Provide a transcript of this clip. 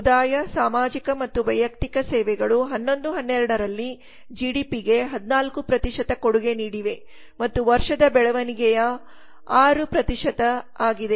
ಸಮುದಾಯ ಸಾಮಾಜಿಕ ಮತ್ತು ವೈಯಕ್ತಿಕ ಸೇವೆಗಳು 11 12ರಲ್ಲಿ ಜಿಡಿಪಿಗೆ 14 ಕೊಡುಗೆ ನೀಡಿವೆ ಮತ್ತು ವರ್ಷದ ಬೆಳವಣಿಗೆಯ ವರ್ಷ 6 ಆಗಿದೆ